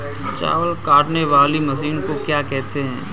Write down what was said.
चावल काटने वाली मशीन को क्या कहते हैं?